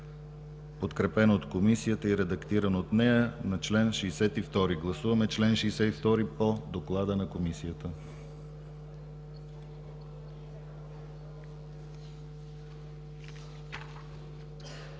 подкрепен от Комисията и редактиран от нея, на чл. 62. Гласуваме чл. 62 по доклада на Комисията.